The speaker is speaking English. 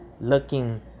looking